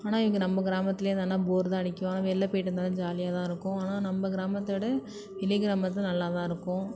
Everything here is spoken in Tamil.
ஆனால் இங்கே நம்ம கிராமத்துலேயே இருந்தோம்னால் போர் தான் அடிக்கும் ஆனால் வெளில போய்விட்டு வந்தால் தான் ஜாலியாக தான் இருக்கும் ஆனால் நம்ம கிராமத்தை விட வெளி கிராமம் வந்து நல்லா தான் இருக்கும்